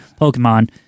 Pokemon